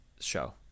show